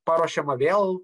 paruošiama vėl